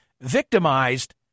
victimized